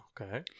Okay